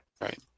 Right